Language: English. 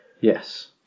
Yes